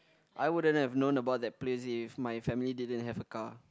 I wouldn't have known about that place if my family didn't have a car